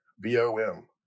B-O-M